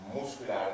muscular